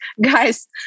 guys